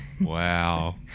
Wow